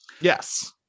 Yes